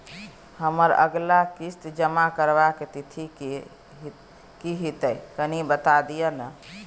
हमर अगला किस्ती जमा करबा के तिथि की होतै से कनी बता दिय न?